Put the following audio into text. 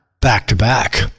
back-to-back